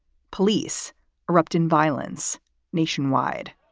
police erupt in violence nationwide.